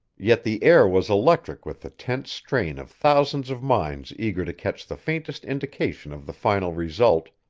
yet the air was electric with the tense strain of thousands of minds eager to catch the faintest indication of the final result,